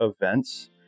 events